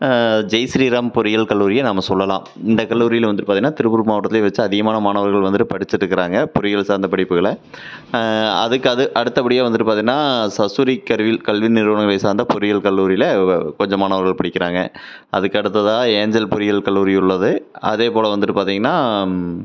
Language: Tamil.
ஜெய்ஸ்ரீராம் பொறியியல் கல்லூரியை நம்ம சொல்லலாம் இந்த கல்லூரியில் வந்துவிட்டு பார்த்திங்கனா திருப்பூர் மாவட்டத்துலேயே வெச்ச அதிகமான மாணவர்கள் வந்துவிட்டு படிச்சுட்டு இருக்கிறாங்க பொறியியல் சார்ந்த படிப்புகளை அதுக்கது அடுத்தபடியாக வந்துவிட்டு பார்த்திங்கனா ச சூரி அறிவியல் கல்வி நிறுவனங்களை சார்ந்த பொறியியல் கல்லூரியில் வ கொஞ்சம் மாணவர்கள் படிக்கிறாங்க அதுக்கடுத்ததாக ஏஞ்சல் பொறியியல் கல்லூரி உள்ளது அதேபோல் வந்துவிட்டு பார்த்திங்கனா